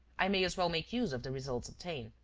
i may as well make use of the results obtained.